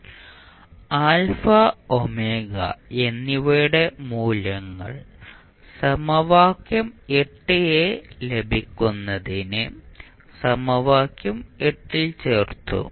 α ω എന്നിവയുടെ മൂല്യങ്ങൾ സമവാക്യം 8 എ ലഭിക്കുന്നതിന് സമവാക്യം ൽ ചേർത്തു